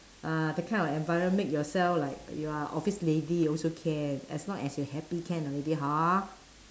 ah that kind of environment make yourself like you are office lady also can as long as you're happy can already hor